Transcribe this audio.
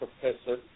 professor